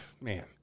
Man